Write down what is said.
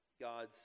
God's